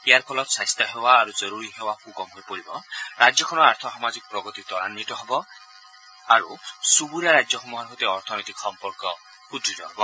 ইয়াৰ ফলত স্বাস্থ্য সেৱা আৰু জৰুৰী সেৱা সুগম হৈ পৰিব ৰাজ্যখনৰ আৰ্থ সামাজিক প্ৰগতি ত্বৰান্নিত হব আৰু চুবুৰীয়া ৰাজ্যসমূহৰ সৈতে অৰ্থনৈতিক সম্পৰ্ক সুদ্য় হ'ব